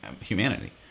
humanity